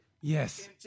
Yes